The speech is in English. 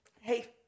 Hey